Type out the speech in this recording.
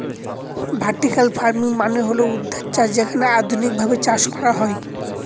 vertical farming মানে হল ঊর্ধ্বাধ চাষ যেখানে আধুনিকভাবে চাষ করা হয়